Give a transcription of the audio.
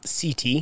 ct